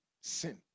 sin